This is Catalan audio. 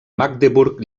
magdeburg